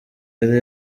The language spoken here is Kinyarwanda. yari